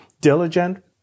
diligent